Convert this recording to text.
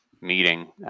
meeting